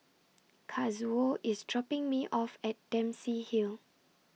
Kazuo IS dropping Me off At Dempsey Hill